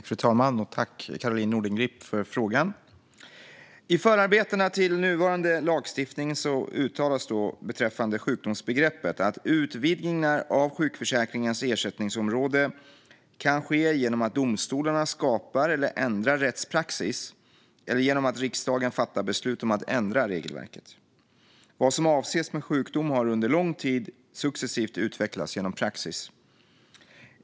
Fru talman! Tack, Caroline Nordengrip, för frågan! I förarbetena till nuvarande lagstiftning uttalas beträffande sjukdomsbegreppet att utvidgningar av sjukförsäkringens ersättningsområde kan ske genom att domstolarna skapar eller ändrar rättspraxis eller genom att riksdagen fattar beslut om att ändra regelverket. Vad som avses med sjukdom har under lång tid successivt utvecklats genom praxis.